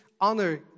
honor